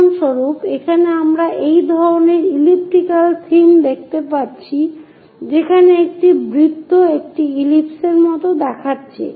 উদাহরণস্বরূপ এখানে আমরা সেই ধরনের ইলিপ্টিকাল থিম দেখতে পাচ্ছি যেখানে একটি বৃত্ত একটি ইলিপস এর মত দেখাচ্ছে